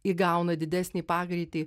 įgauna didesnį pagreitį